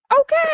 Okay